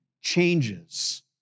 changes